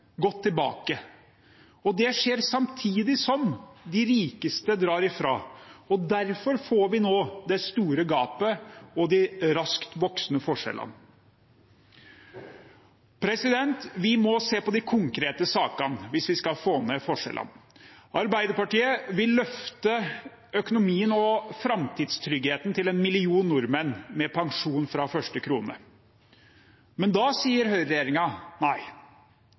gått tilbake, og det skjer samtidig som de rikeste drar ifra. Derfor får vi nå det store gapet og de raskt voksende forskjellene. Vi må se på de konkrete sakene hvis vi skal få ned forskjellene. Arbeiderpartiet vil løfte økonomien og framtidstryggheten til en million nordmenn med pensjon fra første krone. Men da sier høyreregjeringen nei.